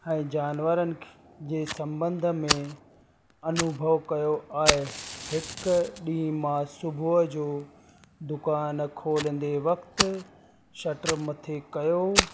ऐं जानवरनि ख जे संॿन्ध में अनुभव कयो आहे हिकु ॾींहुं मां सुबुह जो दुकानु खोलींदे वक़्तु शटर मथे कयो